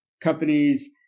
companies